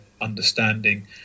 understanding